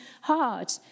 hard